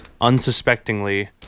unsuspectingly